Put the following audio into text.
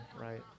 right